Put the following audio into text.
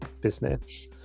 business